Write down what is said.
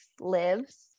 lives